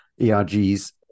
ERGs